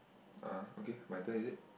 ah okay my turn is it